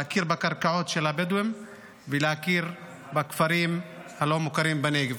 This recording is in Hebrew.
להכיר בקרקעות של הבדואים ולהכיר בכפרים הלא-מוכרים בנגב.